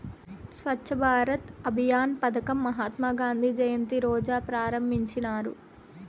స్వచ్ఛ భారత్ అభియాన్ పదకం మహాత్మా గాంధీ జయంతి రోజా ప్రారంభించినారు